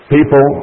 People